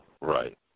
Right